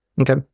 Okay